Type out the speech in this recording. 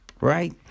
right